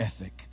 ethic